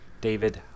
David